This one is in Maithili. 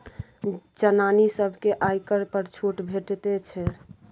जनानी सभकेँ आयकर पर छूट भेटैत छै